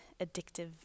addictive